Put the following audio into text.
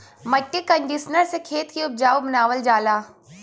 मट्टी कंडीशनर से खेत के उपजाऊ बनावल जाला